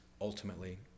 ultimately